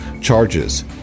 charges